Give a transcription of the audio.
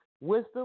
wisdom